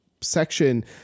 section